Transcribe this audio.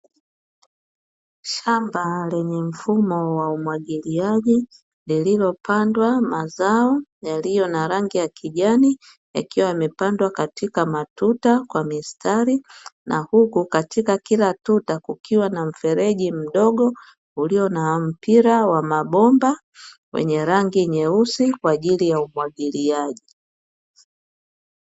Shamba lenye mfumo wa umwagiliaji lililopandwa mazao yaliyo na rangi ya kijani yakiwa yamepandwa katika matuta kwa mistari, na huku katika kila tuta kukiwa na mfereji mdogo ulio na mpira wa mabomba wenye rangi nyeusi kwa ajili ya umwagiliaji.